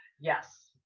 Yes